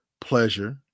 pleasure